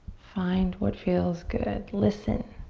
find what feels good, listen.